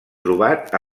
trobat